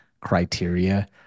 criteria